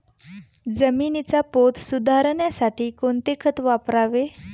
जमिनीचा पोत सुधारण्यासाठी कोणते खत वापरावे?